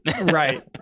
right